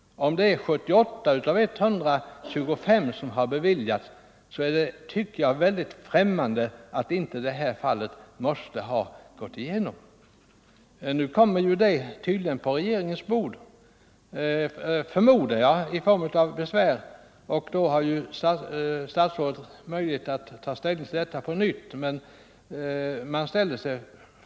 Om 78 av 125 har beviljats dispens har alltså 60 procent av ansökningarna bifallits. När man då känner till ett konkret fall som det jag har nämnt tycker man det är underligt att just denna ansökan avvisades.